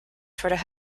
toward